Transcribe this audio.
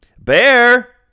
Bear